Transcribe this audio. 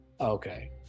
Okay